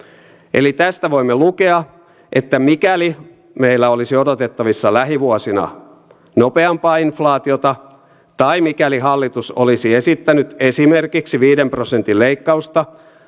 eli tästä voimme lukea että mikäli meillä olisi odotettavissa lähivuosina nopeampaa inflaatiota tai mikäli hallitus olisi esittänyt esimerkiksi viiden prosentin leikkausta